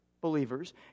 believers